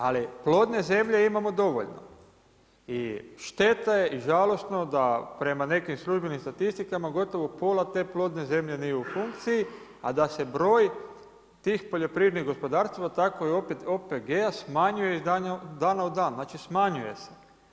Ali plodne zemlje imamo dovoljno i šteta je i žalosno da prema nekim službenim statistikama gotovo pola te plodne zemlje nije u funkciji, a da se broj tih poljoprivrednih gospodarstava takvih OPG-ova smanjuje iz dana u dan, znači smanjuje se.